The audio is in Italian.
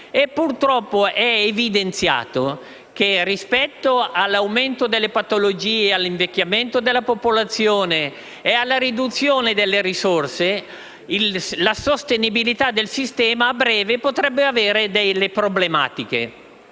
Purtroppo si è evidenziato che, rispetto all'aumento delle patologie, all'invecchiamento della popolazione e alla riduzione delle risorse, la sostenibilità del sistema, a breve, potrebbe avere delle problematiche.